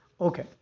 Okay